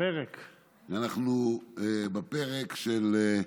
אנחנו בפרק של: